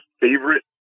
favorite